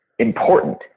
important